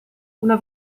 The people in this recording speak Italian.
una